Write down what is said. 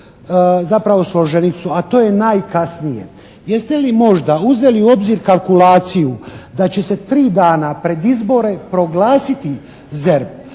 zapravo složenicu, a to je najkasnije. Jeste li možda uzeli u obzir kalkulaciju da će se 3 dana pred izbore proglasiti ZERP